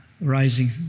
rising